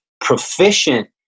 proficient